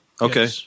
Okay